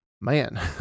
Man